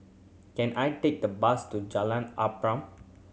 can I take the bus to Jalan Arnap